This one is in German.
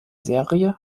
serie